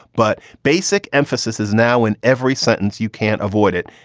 but basic emphasis is now in every sentence. you can't avoid it.